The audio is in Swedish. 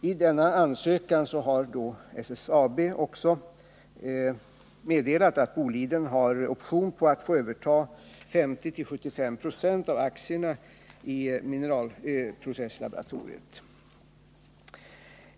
I denna ansökan har SSAB också meddelat att Boliden har option på att få överta 50-75 96 av aktierna i mineralprocesslaboratoriet.